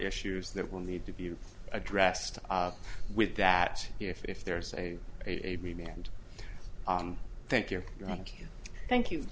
issues that will need to be addressed with that if if there's a baby and thank you thank you